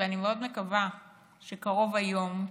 ואני מאוד מקווה שקרוב היום,